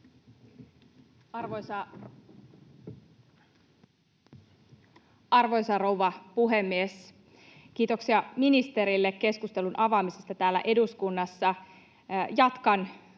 Arvoisa rouva puhemies! Kiitoksia ministerille keskustelun avaamisesta täällä eduskunnassa. Jatkan arvostetun